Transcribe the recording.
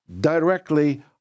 directly